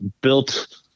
built –